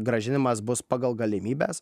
grąžinimas bus pagal galimybes